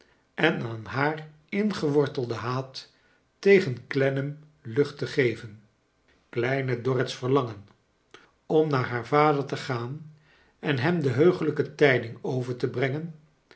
en aan haar ingeworteldea haat tegen clennam lucht to geven kleine dorrit's verlangen om naar haar vader te gaan en hem de heugelijke tijding over te brengen